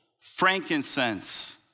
frankincense